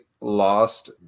lost